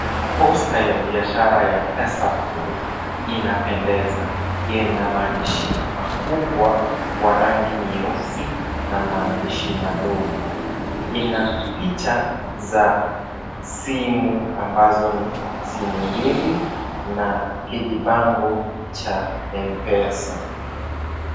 Posta ya biashara ya pesapal inapendeza. Ina maandishi makubwa ya rangi nyeusi na maandishi madogo. Ina picha za simu ambazo ni simu mbili na kijibango cha M-Pesa.